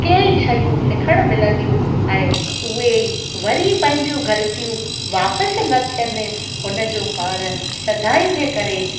कईं शयूं सिखणु मिलंदियूं ऐं उहे वरी पंहिंजो ग़लतियूं वापसि न थियनि उन जो पाण सदाईं जे करे